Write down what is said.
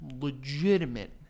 Legitimate